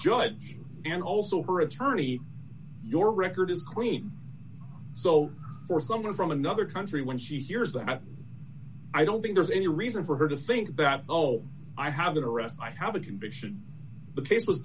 judge and also her attorney your record is clean so for someone from another country when she hears that i don't think there's any reason for her to think that oh i have interest i have a conviction but case was